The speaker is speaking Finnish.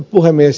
puhemies